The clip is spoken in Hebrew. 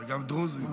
וגם דרוזי.